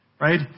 Right